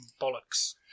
Bollocks